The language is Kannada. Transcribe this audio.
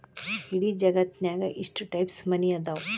ಇಡೇ ಜಗತ್ತ್ನ್ಯಾಗ ಎಷ್ಟ್ ಟೈಪ್ಸ್ ಮನಿ ಅದಾವ